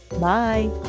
Bye